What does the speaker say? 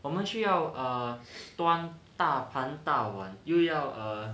我们需要 err 端大盘大碗又要 err